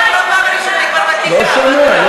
לא שומע.